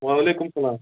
وعلیکُم اسَلام